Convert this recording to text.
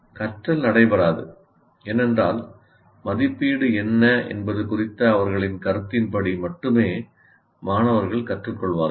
கற்றல் நடைபெறாது ஏனென்றால் மதிப்பீடு என்ன என்பது குறித்த அவர்களின் கருத்தின் படி மட்டுமே மாணவர்கள் கற்றுக்கொள்வார்கள்